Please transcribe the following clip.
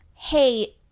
hey